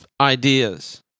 ideas